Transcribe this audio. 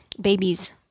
babies